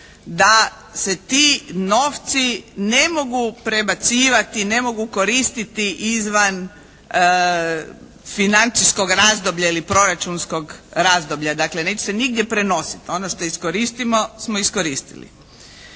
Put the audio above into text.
da se ti novci ne mogu prebacivati, ne mogu koristiti izvan financijskog razdoblja ili proračunskog razdoblja, dakle neće se nigdje prenositi. Ono što iskoristimo smo iskoristili.